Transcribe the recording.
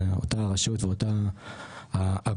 אותה הרשות ואותה הגוף,